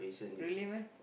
really meh